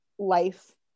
life